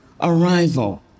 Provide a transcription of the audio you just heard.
arrival